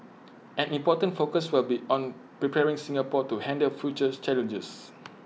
an important focus will be on preparing Singapore to handle future's challenges